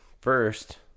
first